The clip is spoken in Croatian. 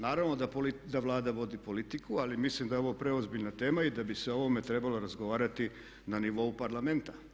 Naravno da Vlada vodi politiku, ali mislim da je ovo preozbiljna tema i da bi se o ovome trebalo razgovarati na nivou Parlamenta.